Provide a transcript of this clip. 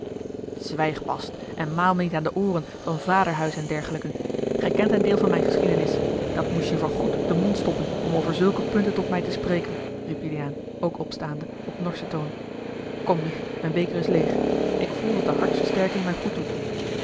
zwijg bast en maal me niet aan de ooren van vaderhuis en dergelijken gij kent een deel van mijne geschiedenis dat moest je voorgoed den mond stoppen om over zulke punten tot mij te spreken riep juliaan ook opstaande op norschen toon kom mich mijn beker is leêg ik voel dat de hartversterking mij goed doet